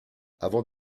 avant